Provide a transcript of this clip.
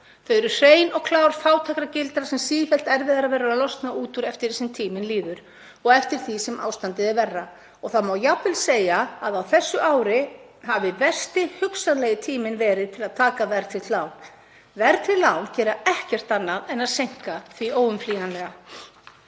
Þau eru hrein og klár fátæktargildra sem sífellt erfiðara verður að losna út úr eftir því sem tíminn líður og eftir því sem ástandið er verra. Það má jafnvel segja að á þessu ári hafi versti hugsanlegi tíminn verið til að taka verðtryggt lán. Verðtryggð lán gera ekkert annað en að seinka því óumflýjanlega.